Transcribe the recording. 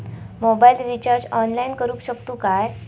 Mobile recharge online करुक शकतू काय?